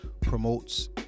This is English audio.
promotes